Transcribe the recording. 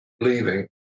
leaving